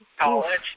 College